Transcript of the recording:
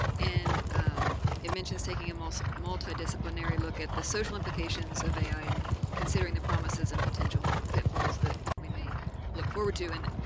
and it mentions taking a multi-disciplinary look at the social implications of ai and considering the promises and potential pitfalls that we may look forward to. and